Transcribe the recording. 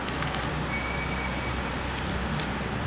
err ever since this like COVID thing we had to